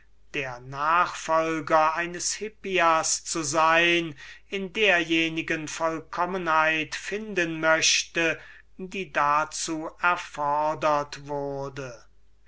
der nachfolger eines hippias zu sein in derjenigen vollkommenheit finden möchte die dazu erfodert wurde